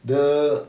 the